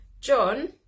john